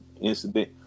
Incident